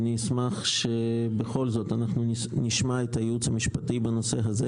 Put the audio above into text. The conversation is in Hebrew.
אני אשמח שבכל זאת אנחנו נשמע את הייעוץ המשפטי בנושא הזה.